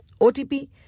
OTP